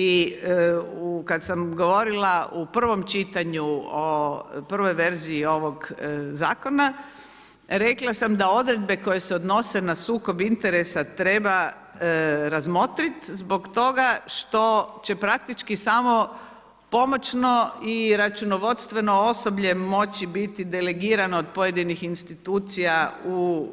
I kada sam govorila u prvom čitanju o prvoj verziji ovog zakona rekla sam da odredbe koje se odnose na sukob interesa treba razmotriti zbog toga što će praktički samo pomoćno i računovodstveno osoblje moći biti delegirano od pojedinih institucija u